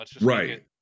Right